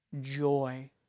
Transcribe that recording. Joy